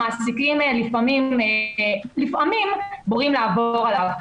המעסיקים לפעמים מורים לעבור עליו.